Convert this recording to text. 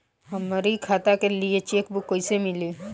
हमरी खाता के लिए चेकबुक कईसे मिली?